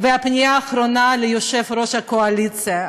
פנייה אחרונה ליושב-ראש הקואליציה.